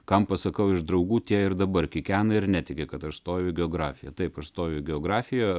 kam pasakau iš draugų tie ir dabar kikena ir netiki kad aš stojau į geografiją taip užstojau į geografiją